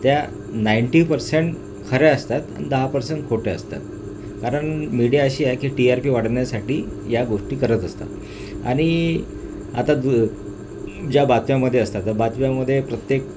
त्या ninety percent खऱ्या असतात आणि दहा पर्सेंट खोट्या असतात कारण मीडिया अशी आहे की टी आर पी वाढवण्यासाठी या गोष्टी करत असतात आणि आता दु ज्या बातम्यामध्ये असतात तर बातम्यामध्ये प्रत्येक